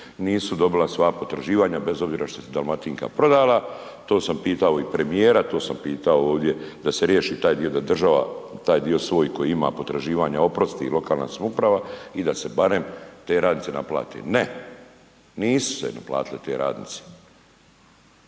nisu dobile svoja potraživanja bez obzira što se Dalmatinka prodala. To sam pitao i premijera, to sam pitao ovdje da se riješi taj dio, da država taj dio svoj potraživanja oprosti i lokalna samouprava i da se barem te radnice naplate. Ne, nisu se naplatite te radnice.